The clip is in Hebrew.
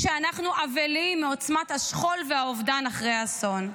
כשאנחנו אבלים מעוצמת השכול והאובדן אחרי האסון,